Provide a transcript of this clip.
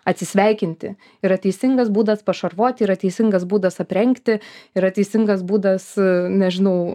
atsisveikinti yra teisingas būdas pašarvoti yra teisingas būdas aprengti yra teisingas būdas nežinau